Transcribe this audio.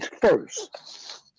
first